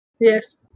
Yes